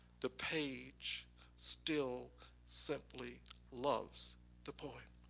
the page still simply loves the poem.